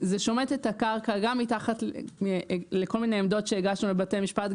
זה שומט את הקרקע גם מתחת לכל מיני עמדות שהגשנו לבתי משפט,